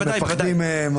הם מפחדים מהם.